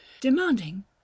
demanding